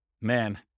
man